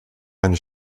eine